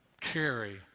carry